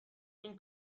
این